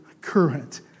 current